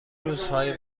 روزهای